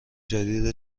جدید